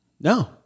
No